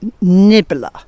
nibbler